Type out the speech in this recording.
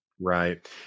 right